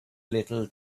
little